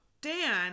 Dan